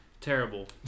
Terrible